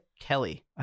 Kelly